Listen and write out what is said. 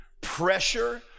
pressure